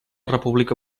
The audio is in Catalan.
república